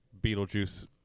Beetlejuice